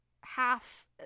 half